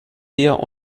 eher